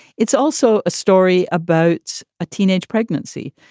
it's also a story about a teenage pregnancy.